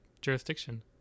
jurisdiction